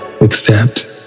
accept